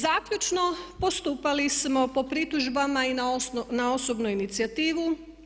Zaključno postupali smo po pritužbama i na osobnu inicijativu.